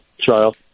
trial